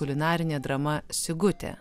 kulinarinė drama sigutė